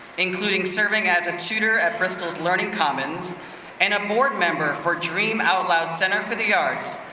including serving as a tutor at bristol's learning commons and a board member for dream out loud center for the arts.